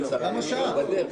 למה שעה?